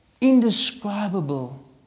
Indescribable